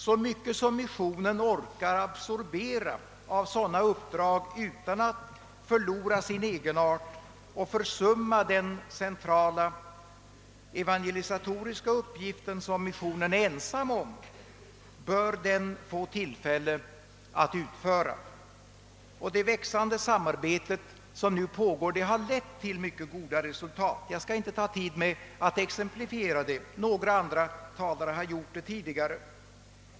Så mycket som missionen orkar absorbera av sådana uppdrag utan att förlora sin egenart och försumma den centrala evangelisatoriska uppgift som missionen är ensam om, bör den få tillfälle att utföra. Det växande samarbete som nu pågår har lett till mycket goda resultat. Jag skall inte uppta tiden med att exemplifiera detta; andra talare har gjort det tidigare.